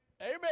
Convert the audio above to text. amen